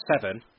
seven